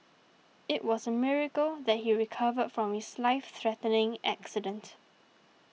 it was a miracle that he recovered from his life threatening accident